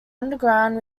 underground